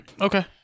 Okay